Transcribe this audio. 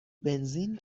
بنزین